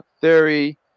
Theory